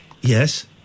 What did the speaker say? Yes